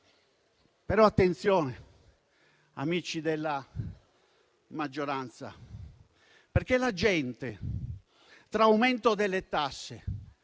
Però attenzione, amici della maggioranza, perché la gente, tra aumento delle tasse,